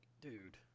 dude